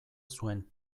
zuen